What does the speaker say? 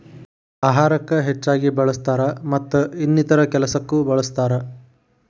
ಅಹಾರಕ್ಕ ಹೆಚ್ಚಾಗಿ ಬಳ್ಸತಾರ ಮತ್ತ ಇನ್ನಿತರೆ ಕೆಲಸಕ್ಕು ಬಳ್ಸತಾರ